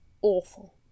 awful